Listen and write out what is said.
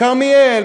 כרמיאל,